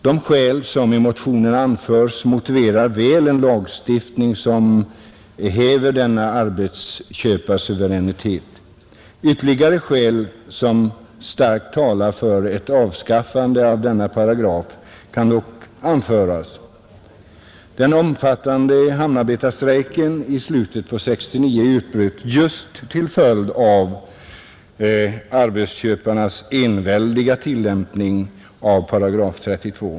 De skäl som i motionerna anförs motiverar väl en lagstiftning som häver denna arbetsköparsuveränitet. Ytterligare skäl som starkt talar för ett avskaffande av denna paragraf kan dock anföras. Den omfattande hamnarbetarstrejken i slutet på år 1969 utbröt just till följd av arbetsköparnas enväldiga tillämpning av § 32.